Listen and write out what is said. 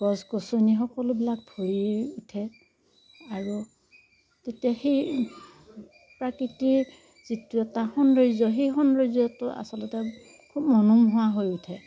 গছ গছনি সকলোবিলাক ভৰি উঠে আৰু তেতিয়া সেই প্ৰাকৃতিৰ যিটো এটা সৌন্দৰ্য সেই সৌন্দৰ্যটো আচলতে খুব মনোমোহা হৈ উঠে